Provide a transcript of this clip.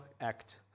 act